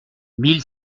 mille